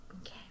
Okay